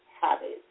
habits